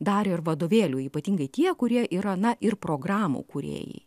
darė ir vadovėlių ypatingai tie kurie yra na ir programų kūrėjai